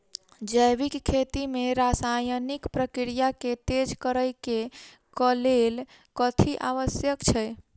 जैविक खेती मे रासायनिक प्रक्रिया केँ तेज करै केँ कऽ लेल कथी आवश्यक छै?